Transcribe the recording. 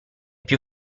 più